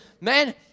man